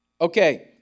Okay